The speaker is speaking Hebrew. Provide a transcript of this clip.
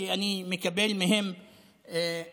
כי אני מקבל מהם הצהרות,